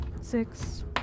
six